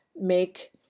make